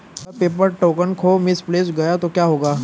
अगर paper token खो misplaced गया तो क्या होगा?